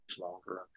longer